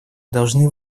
должны